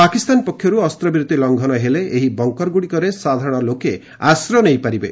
ପାକିସ୍ତାନ ପକ୍ଷର୍ତ ଅସ୍ତ୍ରବିରତି ଲଂଘନ ହେଲେ ଏହି ବଙ୍କର ଗ୍ରଡିକରେ ସାଧାରଣ ଲୋକେ ଆଶ୍ରୟ ନେଇପାରିବେ